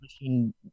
machine